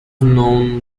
known